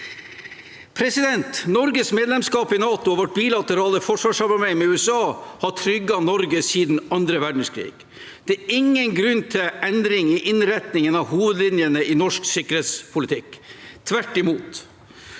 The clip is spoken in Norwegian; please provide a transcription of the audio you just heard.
fredstid. Norges medlemskap i NATO og vårt bilaterale forsvarssamarbeid med USA har trygget Norge siden annen verdenskrig. Det er ingen grunn til endring i innretningen av hovedlinjene i norsk sikkerhetspolitikk – tvert imot.